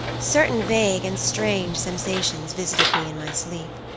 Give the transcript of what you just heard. certain vague and strange sensations visited me in my sleep.